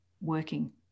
working